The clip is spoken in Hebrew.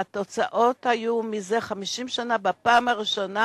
והתוצאות היו, בפעם הראשונה